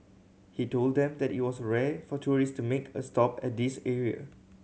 he told them that it was rare for tourist to make a stop at this area